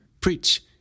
preach